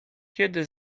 kiedy